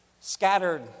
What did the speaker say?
scattered